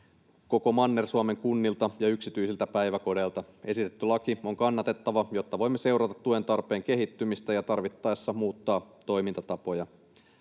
koko Manner-Suomen kunnilta ja yksityisiltä päiväkodeilta. Esitetty laki on kannatettava, jotta voimme seurata tuen tarpeen kehittymistä ja tarvittaessa muuttaa toimintatapoja.